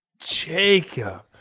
Jacob